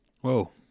Whoa